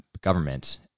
government